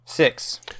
Six